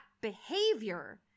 behavior